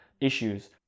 issues